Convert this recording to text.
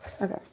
Okay